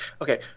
Okay